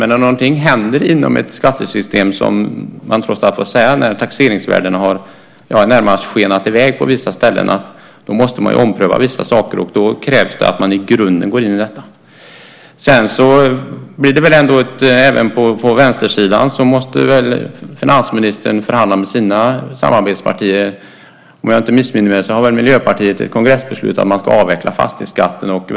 Men när någonting händer inom ett skattesystem - som man trots allt får säga när taxeringsvärdena närmast skenat i väg på vissa ställen - måste vissa saker omprövas. Då krävs det att man i grunden går in i detta. På vänstersidan måste väl finansministern förhandla med sina samarbetspartier. Om jag inte missminner mig har Miljöpartiet ett kongressbeslut om att fastighetsskatten ska avvecklas.